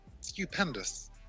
Stupendous